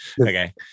okay